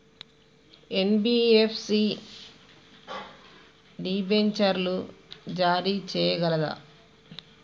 NBFC డిబెంచర్లు జారీ చేయగలదా?